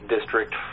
district